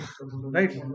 Right